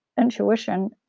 intuition